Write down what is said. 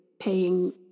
paying